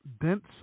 Dense